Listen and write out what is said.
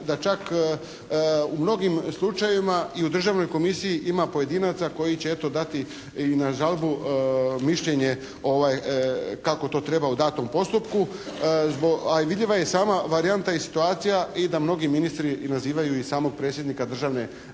da čak u mnogim slučajevima i u državnoj komisiji ima pojedinaca koji će eto dati i na žalbu mišljenje kako to treba u datom postupku, a vidljiva je i sama varijanta i situacija i da mnogi ministri nazivaju samog predsjednika državne komisije